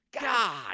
God